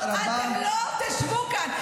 אתם לא תשבו כאן.